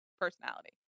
personality